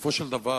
בסופו של דבר,